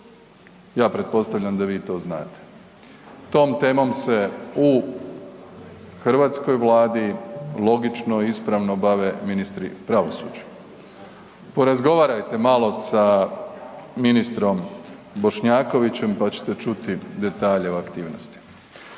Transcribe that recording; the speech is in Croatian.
Ja pretpostavljam da vi to znate. Tom temom se u hrvatskoj vladi logično i ispravno bave ministri pravosuđa. Porazgovarajte malo sa ministrom Bošnjakovićem, pa ćete čuti detalje o aktivnosti.